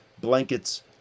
blankets